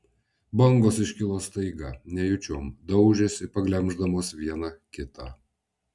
bangos iškilo staiga nejučiom daužėsi paglemždamos viena kitą